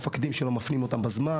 מפקדים שלא מפנים בזמן,